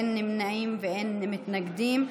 אין נמנעים ואין מתנגדים.